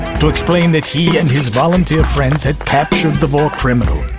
to explain that he and his volunteer friends had captured the war criminal,